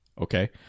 Okay